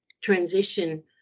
transition